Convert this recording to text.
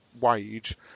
Wage